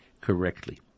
correctly